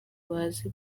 bazi